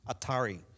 Atari